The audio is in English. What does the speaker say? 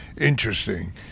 interesting